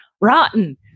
rotten